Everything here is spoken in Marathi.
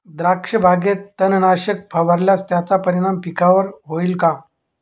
द्राक्षबागेत तणनाशक फवारल्यास त्याचा परिणाम पिकावर होईल का?